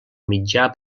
mitjà